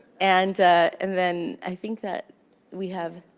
and and then, i think that we have